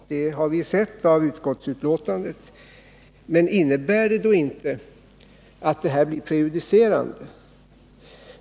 Ja, det har vi sett av utskottsbetänkandet. Men blir inte detta prejudicerande?